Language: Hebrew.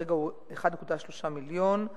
כרגע הוא 1.3 מיליון ש"ח.